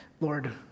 Lord